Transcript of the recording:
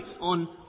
on